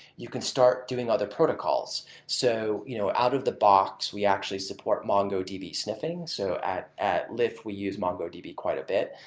you can start doing other protocols. so you know out of the box, we actually support mongodb-sniffing. so at at lyft, we use mongodb quite a bit.